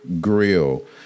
Grill